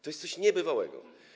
To jest coś niebywałego.